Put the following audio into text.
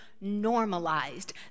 normalized